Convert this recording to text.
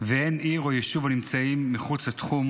ואין עיר או יישוב הנמצאים מחוץ לתחום